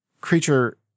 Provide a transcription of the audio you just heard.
creature